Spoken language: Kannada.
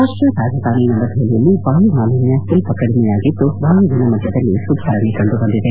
ರಾಪ್ಟರಾಜಧಾನಿ ನವದೆಹಲಿಯಲ್ಲಿ ವಾಯು ಮಾಲಿನ್ಯ ಸ್ವಲ್ಪ ಕಡಿಮೆಯಾಗಿದ್ದು ವಾಯು ಗುಣಮಟ್ಟದಲ್ಲಿ ಸುಧಾರಣೆ ಕಂಡು ಬಂದಿದೆ